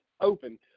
open